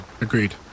Agreed